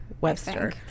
Webster